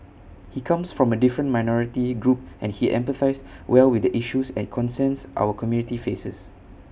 he comes from A different minority group and he empathises well with the issues and concerns our community faces